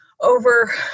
over